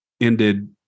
ended